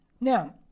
Now